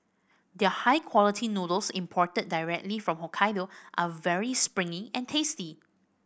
their high quality noodles imported directly from Hokkaido are very springy and tasty